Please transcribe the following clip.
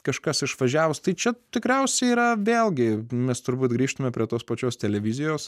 kažkas išvažiavus tai čia tikriausiai yra vėlgi mes turbūt grįžtumėme prie tos pačios televizijos